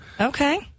Okay